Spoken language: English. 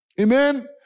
Amen